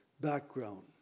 background